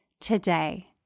today